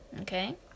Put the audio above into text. Okay